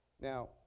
Now